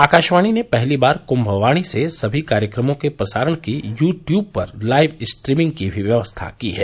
आकाशवाणी ने पहली बार कुम्भवाणी से सभी कार्यक्रमों के प्रसारण की यू ट्यूब पर लाइव स्ट्रीमिंग की भी व्यवस्था की है